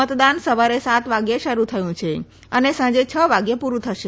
મતદાન સવારે સાત વાગ્ય શરૂ થયું છે અને સાંજે છ વાગ્યે પુરુ થશે